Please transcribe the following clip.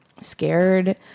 scared